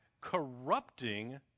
corrupting